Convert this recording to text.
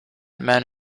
man